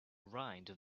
ride